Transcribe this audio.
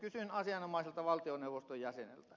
kysyn asianomaiselta valtioneuvoston jäseneltä